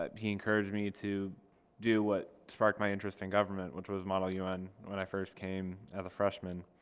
but he encouraged me to do what sparked my interest in government, which was model un, when i first came as a freshman.